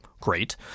Great